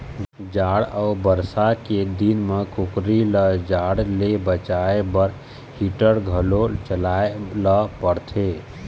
जाड़ अउ बरसा के दिन म कुकरी ल जाड़ ले बचाए बर हीटर घलो जलाए ल परथे